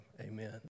amen